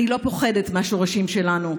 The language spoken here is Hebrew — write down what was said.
אני לא פוחדת מהשורשים שלנו,